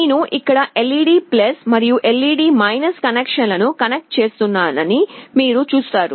నేను ఇక్కడ LED మరియు LED కనెక్షన్లను కనెక్ట్ చేస్తున్నానని మీరు చూస్తారు